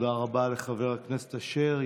תודה רבה לחבר הכנסת יעקב אשר.